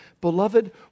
Beloved